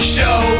Show